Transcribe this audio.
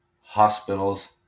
Hospitals